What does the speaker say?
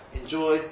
enjoy